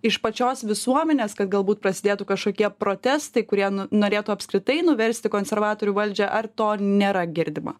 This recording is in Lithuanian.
iš pačios visuomenės kad galbūt prasidėtų kažkokie protestai kurie nu norėtų apskritai nuversti konservatorių valdžią ar to nėra girdima